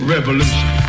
Revolution